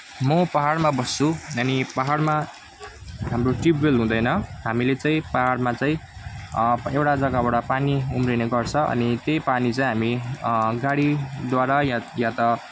म पाहाडमा बस्छु अनि पाहाडमा हाम्रो ट्युबवेल हुँदैन हामीले चाहिँ पाहाडमा चाहिँ एउटा जग्गाबाट पानी उम्रने गर्छ अनि त्यही पानी चाहिँ हामी गाडीद्वारा या त या त